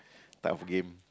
tough game